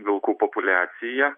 vilkų populiacija